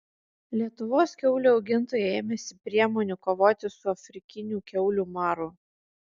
lietuvos kiaulių augintojai ėmėsi priemonių kovoti su afrikiniu kiaulių maru